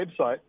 website